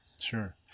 Sure